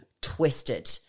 twisted